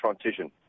transition